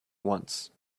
once